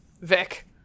Vic